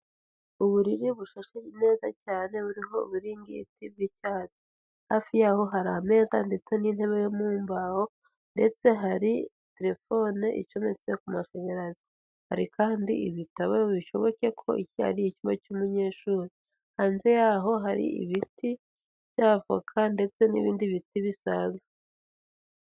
Uburiri busashwe neza cyane buriho uburingiti bw'icyatsi, hafi yaho hari ameza ndetse n'intebe yo mu mbaho, ndetse hari telefone icometse ku mashanyarazi, hari kandi ibitabo bishoboke ko iki ari iki cy'umunyeshuri, hanze yaho hari ibiti by'avoka ndetse n'ibindi biti bisanzwe.